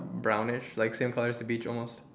brownish like same colour as the beach almost